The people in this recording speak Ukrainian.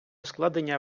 складення